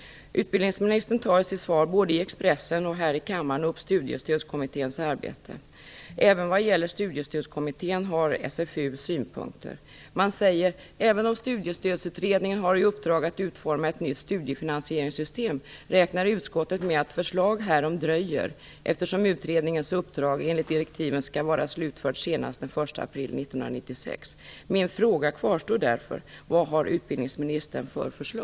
Utbildningsministern tar i sitt svar både i Expressen och här i kammaren upp Studiestödskommitténs arbete. Även vad gäller Studiestödskommittén har SfU synpunkter. Man säger: Även om studiestödsutredningen har i uppdrag att utforma ett nytt studiefinansieringssystem räknar utskottet med att förslag härom dröjer, eftersom utredningens uppdrag enligt direktiven skall vara slutfört senast den 1 april 1996.